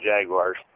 Jaguars